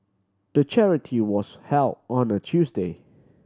the charity was held on a Tuesday